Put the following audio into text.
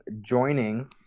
joining